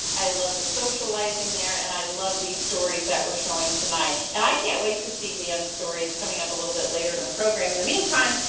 i love the socializing there. and i love these stories that we're showing tonight. and i can't wait to see dan's story it's coming the a little bit later in the program. in the meantime,